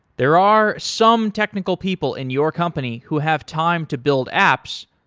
there are some technical people in your company who have time to build apps,